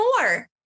more